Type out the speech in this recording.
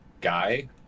guy